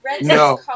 No